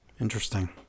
Interesting